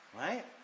Right